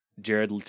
Jared